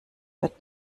wird